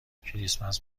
کریسمس